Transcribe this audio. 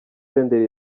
senderi